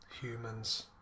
Humans